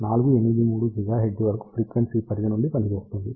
483 GHz వరకు frequency పరిధి నుండి పనిచేస్తుంది